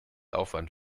aufwand